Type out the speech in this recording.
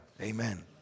Amen